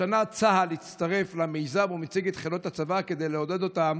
השנה צה"ל הצטרף למיזם ומציג את חילות הצבא כדי לעודד אותם